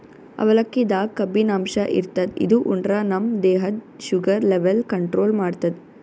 ಅವಲಕ್ಕಿದಾಗ್ ಕಬ್ಬಿನಾಂಶ ಇರ್ತದ್ ಇದು ಉಂಡ್ರ ನಮ್ ದೇಹದ್ದ್ ಶುಗರ್ ಲೆವೆಲ್ ಕಂಟ್ರೋಲ್ ಮಾಡ್ತದ್